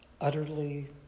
utterly